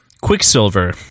quicksilver